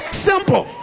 simple